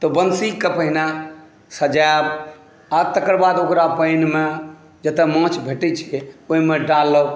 तऽ बंसीक पहिने सजायब आ तकर बाद ओकरा पानिमे जतय माछ भेटै छै ओहिमे डालब